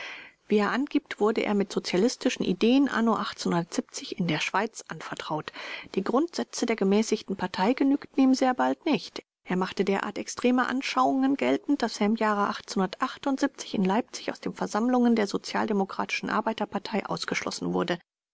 wie er angibt wurde er mit sozialistischen ideen anno in der schweiz vertraut die grundsätze der gemäßigten partei genügten ihm sehr bald nicht er machte derart extreme anschauungen geltend daß er im jahre in leipzig aus den versammlungen der sozialdemokratischen arbeiterpartei ausgeschlossen wurde